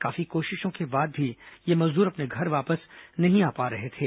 काफी कोशिशों के बाद भी ये मजदूर अपने घर वापस नहीं आ पा रहे थे